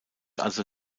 also